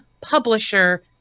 publisher